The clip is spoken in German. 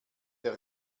der